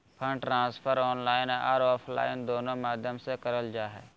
fund transfer online आर offline दोनों माध्यम से करल जा हय